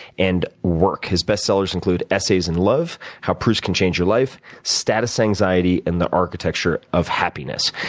and work. his bestsellers include essays in love, how proust can change your life, status anxiety, and the architecture of happiness.